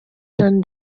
sean